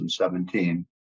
2017